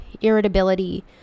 irritability